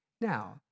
Now